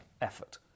effort